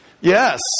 Yes